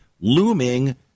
looming